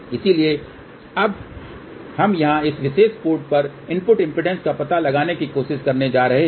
इसलिए अब हम यहाँ इस विशेष पोर्ट पर इनपुट इम्पीडेन्स का पता लगाने की कोशिश करने जा रहे हैं